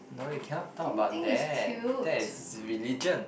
no you cannot talk about that that is religion